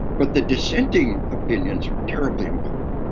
but the dissenting opinions are terribly important.